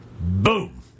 boom